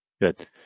Good